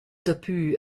daplü